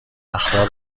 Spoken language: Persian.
اخبار